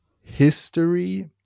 history